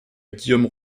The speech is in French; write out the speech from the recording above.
guillaume